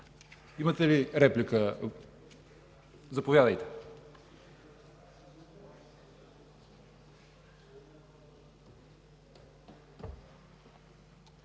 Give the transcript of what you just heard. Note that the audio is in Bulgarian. Имате ли реплика? Заповядайте!